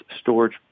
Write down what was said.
storage